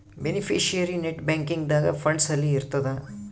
beneficiary net banking ದಾಗ funds ಅಲ್ಲಿ ಇರ್ತದ